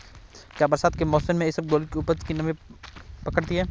क्या बरसात के मौसम में इसबगोल की उपज नमी पकड़ती है?